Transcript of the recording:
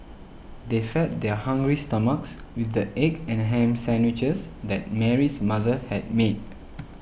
they fed their hungry stomachs with the egg and ham sandwiches that Mary's mother had made